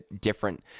different